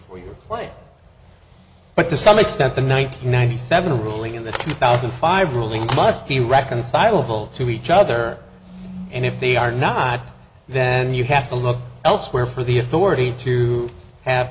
where you play but to some extent the nine hundred ninety seven ruling in the two thousand five ruling must be reconcilable to each other and if they are not then you have to look elsewhere for the authority to have